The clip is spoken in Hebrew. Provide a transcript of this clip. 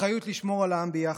אחריות לשמור על העם ביחד,